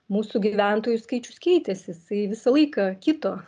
mūsų gyventojų skaičius keitės jisai visą laiką kito